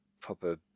proper